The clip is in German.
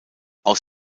aus